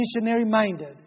missionary-minded